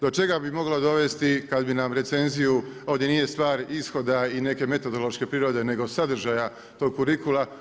Do čega bi moglo dovesti kad bi nam recenziju, ovdje nije stvar ishoda i neke metodološke prirode nego sadržaja tog kurikula.